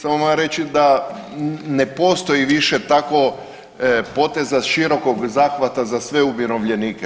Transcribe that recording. Samo moram reći da ne postoji više tako poteza širokog zahvata za sve umirovljenike.